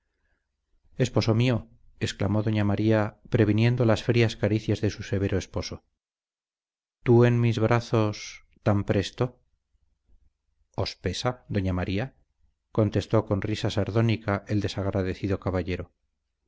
esposo mío exclamó doña maría previniendo las frías caricias de su severo esposo tú en mis brazos tan presto os pesa doña maría contestó con risa sardónica el desagradecido caballero